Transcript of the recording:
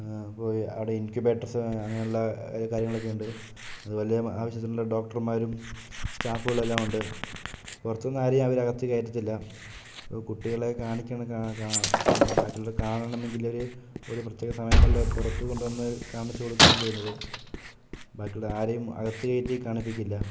അവിടെ ഇൻക്യൂബേറ്റർസ് അങ്ങനുള്ള കാര്യങ്ങളൊക്കെ ഉണ്ട് അതുപോലെ ആവശ്യത്തിന് ഡോക്ടറ്മാരും സ്റ്റാഫുകളെല്ലാം ഉണ്ട് പുറത്തുനിന്ന് ആരേയും അവര് അകത്ത് കേറ്റത്തില്ല കുട്ടികളെയൊക്കെ കാണിക്കാനോക്കേ കാ ബാക്കിയുള്ളവർ കാണണമെങ്കിൽ വരെ ഒരു പ്രത്യേക സമയങ്ങളില് പുറത്ത് കൊണ്ട് വന്ന് കാണിച്ച് കൊടുക്കുക ചെയ്യുന്നത് ബാക്കിയുള്ള ആരേയും അകത്ത് കയറ്റി കാണിപ്പിക്കില്ല